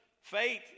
Faith